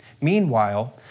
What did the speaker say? Meanwhile